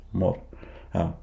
more